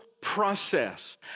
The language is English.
process